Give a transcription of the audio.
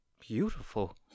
beautiful